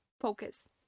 focus